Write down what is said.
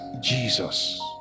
Jesus